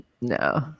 No